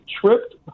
tripped